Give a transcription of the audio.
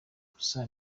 gusa